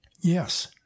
Yes